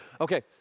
Okay